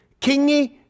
Kingy